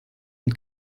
und